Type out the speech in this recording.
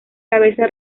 cabeza